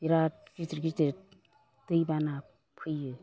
बिराद गिदिर गिदिर दैबाना फैयो